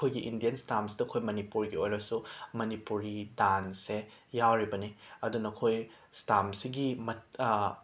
ꯑꯩꯈꯣꯏꯒꯤ ꯏꯟꯗꯤꯌꯟ ꯁ꯭ꯇꯥꯝꯁꯇꯥ ꯑꯩꯈꯣꯏ ꯃꯅꯤꯄꯨꯔꯒꯤ ꯑꯣꯏꯔꯁꯨ ꯃꯅꯤꯄꯨꯔꯤ ꯗꯥꯟꯁꯁꯦ ꯌꯥꯎꯔꯤꯕꯅꯤ ꯑꯗꯨꯅ ꯈꯣꯏ ꯁ꯭ꯇꯥꯝꯁꯤꯒꯤ ꯃꯠ